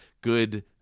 good